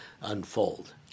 unfold